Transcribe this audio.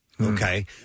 Okay